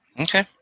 Okay